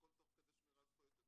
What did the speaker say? הכול תוך כדי שמירת זכויות יוצרים,